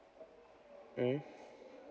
mmhmm